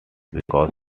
because